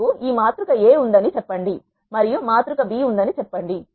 మీకు ఈ మాతృక A ఉందని చెప్పండి మరియు మాతృక B ఉందని చెప్పండి